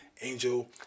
Angel